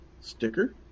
sticker